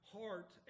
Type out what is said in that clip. heart